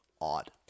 odd